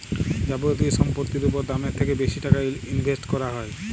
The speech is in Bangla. যাবতীয় সম্পত্তির উপর দামের থ্যাকে বেশি টাকা ইনভেস্ট ক্যরা হ্যয়